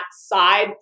side